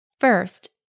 First